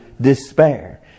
despair